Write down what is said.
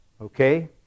okay